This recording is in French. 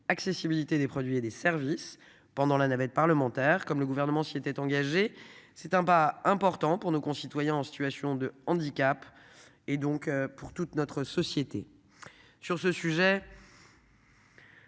accessibilité des produits et des services pendant la navette parlementaire comme le gouvernement s'y était engagé. C'est un pas important pour nos concitoyens en situation de handicap et donc pour toute notre société. Sur ce sujet.